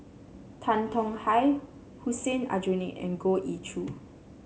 Tan Tong Hye Hussein Aljunied and Goh Ee Choo